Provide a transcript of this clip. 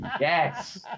Yes